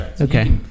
Okay